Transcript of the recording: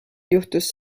juhtus